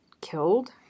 killed